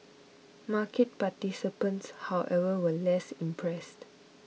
market participants however were less impressed